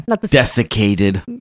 Desiccated